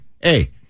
hey